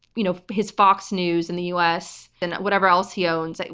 you know his fox news in the us and whatever else he owns, like